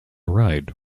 ride